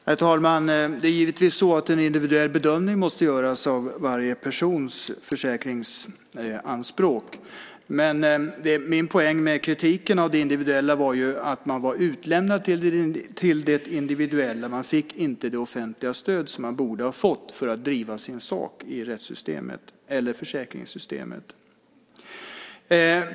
Herr talman! En individuell bedömning måste givetvis göras av varje persons försäkringsanspråk. Poängen med min kritik av det individuella var ju att man var utlämnad till det individuella. Man fick inte det offentliga stöd som man borde ha fått för att driva sin sak i rättssystemet eller försäkringssystemet.